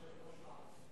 היא יושבת-ראש פעם ראשונה.